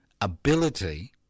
ability